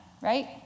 right